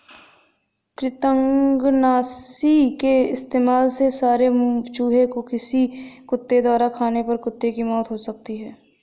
कृतंकनाशी के इस्तेमाल से मरे चूहें को किसी कुत्ते द्वारा खाने पर कुत्ते की मौत हो सकती है